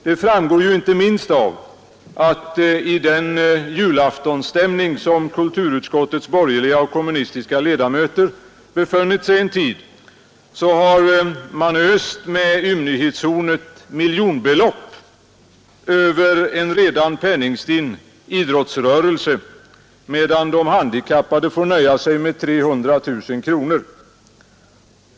Det framgår inte minst av att i den julaftonstämning som kulturutskottets borgerliga och kommunistiska ledamöter befunnit sig i en tid har de öst ur ymnighetshornet miljonbelopp över en redan penningstinn idrottsrörelse, medan de handikappade får nöja sig med 300 000 kronor.